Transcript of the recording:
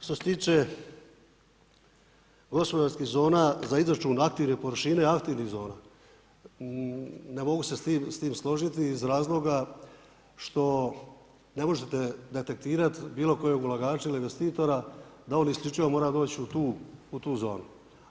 Što se tiče gospodarskih zona za izračun aktivne površine aktivnih zona, ne mogu se s tim složiti iz razloga što ne možete detektirat bilo kojeg ulagača ili investitora da on isključivo mora doći u tu zonu.